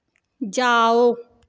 जाओ